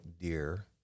deer